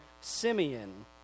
Simeon